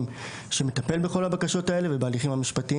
שמטפל בכל הבקשות האלה ובהליכים המשפטיים,